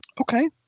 Okay